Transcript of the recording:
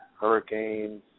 hurricanes